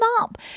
up